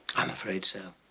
i'm afraid so.